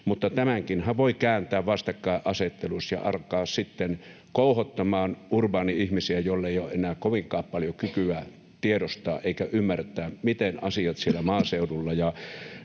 tämänkin kääntää vastakkainasetteluksi ja alkaa sitten kouhottamaan urbaani-ihmisiä, joilla ei ole enää kovinkaan paljon kykyä tiedostaa eikä ymmärtää, miten asiat ovat siellä maaseudulla